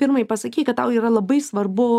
pirmai pasakei kad tau yra labai svarbu